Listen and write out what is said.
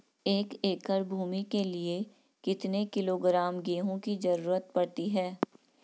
एक एकड़ भूमि के लिए कितने किलोग्राम गेहूँ की जरूरत पड़ती है?